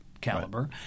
caliber